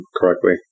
correctly